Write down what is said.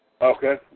Okay